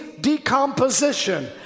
decomposition